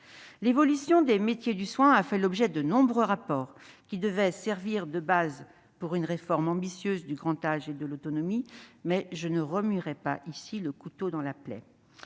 L'évolution des métiers du soin a fait l'objet de nombreux rapports qui devaient servir de fondement à une réforme ambitieuse du grand âge et de l'autonomie, mais je ne remuerai pas ici le couteau dans la plaie.